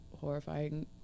horrifying